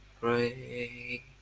pray